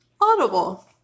Audible